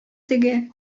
теге